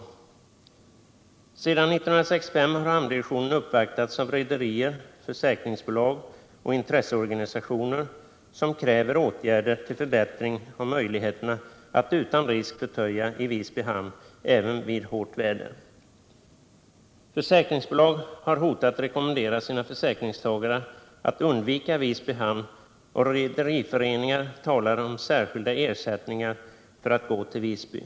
Sedan 1965 har hamndirektionen uppvaktats av rederier, försäkringsbolag och intresseorganisationer, som kräver åtgärder för förbättring av möjligheterna att utan risk förtöja i Visby hamn även vid hårt väder. Försäkringsbolag har hotat rekommendera sina försäkringstagare att undvika Visby hamn, och rederiföreningar talar om särskilda ersättningar för att gå till Visby.